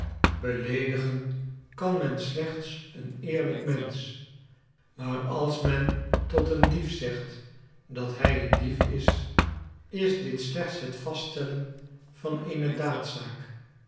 beleedigen kan men slechts een eerlijk mensch maar als men tot een dief zegt dat hij een dief is is dit slechts het vaststellen van